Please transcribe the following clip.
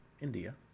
India